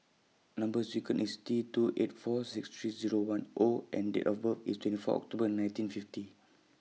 Number sequence IS T two eight four six three Zero one O and Date of birth IS twenty four October nineteen fifty